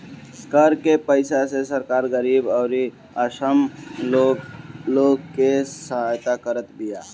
कर के पईसा से सरकार गरीबी अउरी अक्षम लोग के सहायता करत बिया